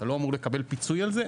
אתה לא אמור לקבל פיצוי על זה,